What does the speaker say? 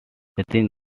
within